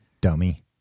dummy